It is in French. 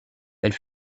elle